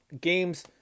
Games